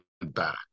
back